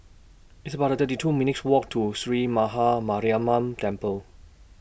It's about thirty two minutes' Walk to Sree Maha Mariamman Temple